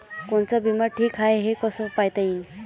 कोनचा बिमा ठीक हाय, हे कस पायता येईन?